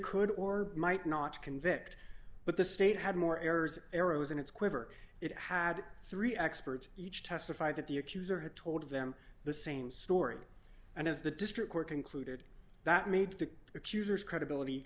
could or might not convict but the state had more errors arrows in its quiver it had three experts each testified that the accuser had told them the same story and as the district court concluded that made the accuser's credibility